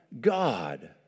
God